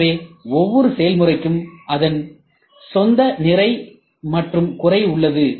எனவே ஒவ்வொரு செயல்முறைக்கும் அதன் சொந்த நிறை மற்றும் குறை உள்ளது